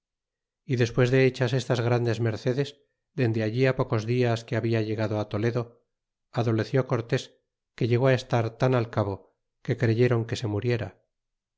y despues de hechas estas grandes mercedes dende ahi pocos dias que halda llegado toledo adoleció cortés que llegó estar tan al cabo que creyéron que se muriera